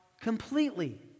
completely